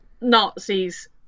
nazis